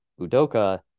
Udoka